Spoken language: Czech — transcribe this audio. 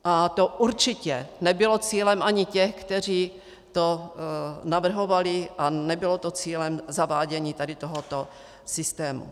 A to určitě nebylo cílem ani těch, kteří to navrhovali, a nebylo to cílem zavádění tady tohoto systému.